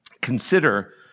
consider